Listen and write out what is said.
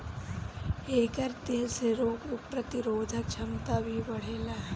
एकर तेल से रोग प्रतिरोधक क्षमता भी बढ़ेला